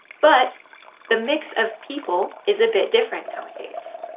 but the mix of people is a bit different nowadays.